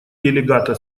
делегата